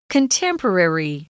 Contemporary